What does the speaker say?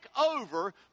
over